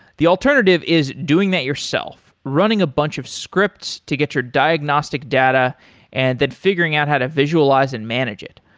the alternative is doing that yourself, running a bunch of scripts to get your diagnostic data and then figuring out how to visualize and manage it.